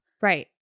Right